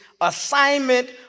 assignment